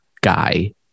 guy